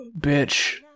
bitch